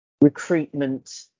recruitment